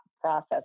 process